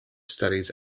studies